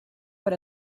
per